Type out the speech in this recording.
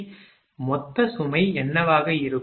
எனவே மொத்த சுமை என்னவாக இருக்கும்